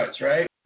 right